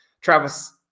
Travis